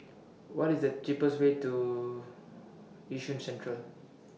What IS The cheapest Way to Yishun Central